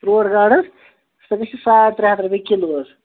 trout گاڈ حظ سۄ گژھِ ساڑ ترٛےٚ ہَتھ رۄپیہِ کِلوٗ حظ